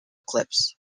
eclipse